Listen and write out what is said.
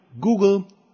Google